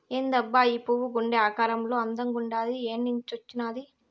ఏందబ్బా ఈ పువ్వు గుండె ఆకారంలో అందంగుండాది ఏన్నించొచ్చినాది